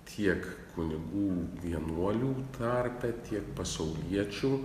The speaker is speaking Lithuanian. tiek kunigų vienuolių tarpe tiek pasauliečių